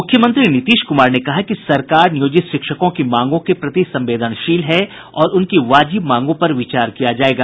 मूख्यमंत्री नीतीश क्रमार ने कहा है कि सरकार नियोजित शिक्षकों की मांगों के प्रति संवेदनशील है और उनकी वाजिब मांगों पर विचार किया जायेगा